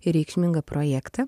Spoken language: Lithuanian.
ir reikšmingą projektą